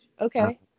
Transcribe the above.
Okay